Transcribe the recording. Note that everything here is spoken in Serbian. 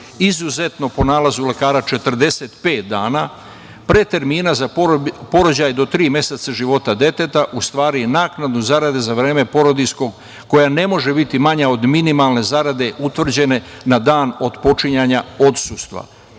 izuzetno po nalazu lekara 45 dana pre termina za porođaj do tri meseca života deteta, u stvari, naknadu zarade za vreme porodiljskog koja ne može biti manja od minimalne zarade utvrđene na dan otpočinjanja odsustva